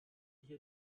hier